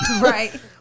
Right